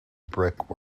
brick